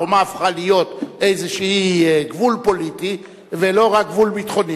החומה הפכה להיות איזה גבול פוליטי ולא רק גבול ביטחוני,